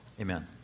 Amen